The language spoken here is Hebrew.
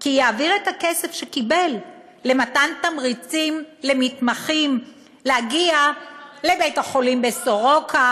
כי יעביר את הכסף שקיבל למתן תמריצים למתמחים להגיע לבית-החולים סורוקה,